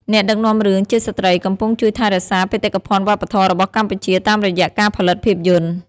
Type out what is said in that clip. អ្នកដឹកនាំរឿងជាស្ត្រីកំពុងជួយថែរក្សាបេតិកភណ្ឌវប្បធម៌របស់កម្ពុជាតាមរយៈការផលិតភាពយន្ត។